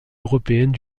européennes